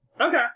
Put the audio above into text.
Okay